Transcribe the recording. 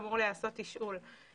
אמור להיעשות תשאול.